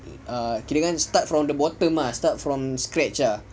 err kirakan start from the bottom ah start from scratch